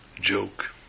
joke